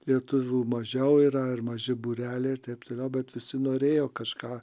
lietuvių mažiau yra ar maži būreliai ir taip toliau bet visi norėjo kažką